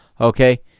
okay